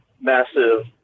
massive